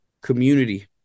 community